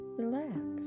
relax